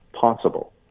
possible